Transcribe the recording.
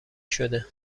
شده